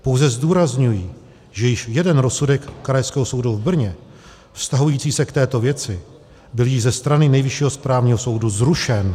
Pouze zdůrazňuji, že již jeden rozsudek Krajského soudu v Brně vztahující se k této věci byl již ze strany Nejvyššího správního soudu zrušen.